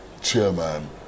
chairman